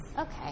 Okay